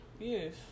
Yes